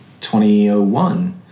2001